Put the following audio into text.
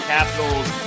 Capitals